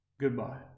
Goodbye